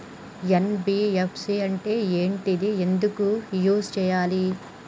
NBFC అంటే ఏంటిది ఎందుకు యూజ్ చేయాలి?